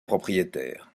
propriétaires